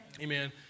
Amen